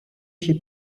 się